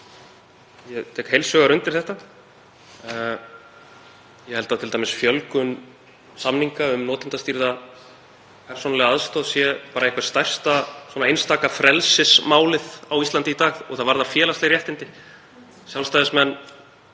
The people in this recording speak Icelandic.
Ég tek heils hugar undir þetta. Ég held að t.d. fjölgun samninga um notendastýrða persónulega aðstoð sé eitthvert stærsta einstaka frelsismálið á Íslandi í dag og það varðar félagsleg réttindi. Sjálfstæðismenn